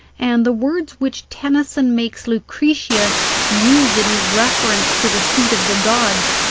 and the words which tennyson makes lucretius use in his reference to the seat of the gods,